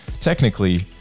technically